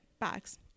bags